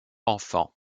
enfants